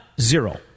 Zero